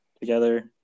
together